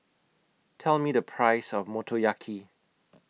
Tell Me The Price of Motoyaki